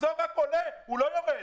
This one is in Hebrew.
המחזור רק עולה ולא יורד.